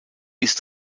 ist